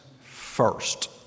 first